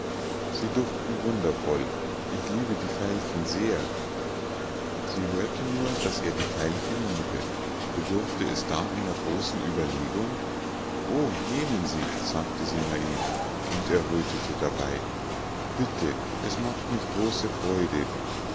sie duften wundervoll ich liebe die veilchen sehr sie hörte nur daß er die veilchen liebe bedurfte es da einer großen ueberlegung o nehmen sie sagte sie naiv und errötete dabei bitte es macht mich großer freude